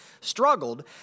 struggled